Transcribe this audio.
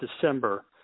December